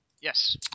Yes